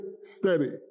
steady